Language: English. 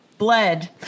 bled